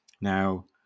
Now